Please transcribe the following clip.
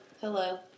Hello